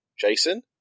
Jason